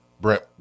Brent